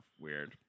weird